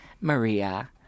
Maria